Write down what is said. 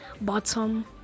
bottom